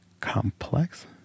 complex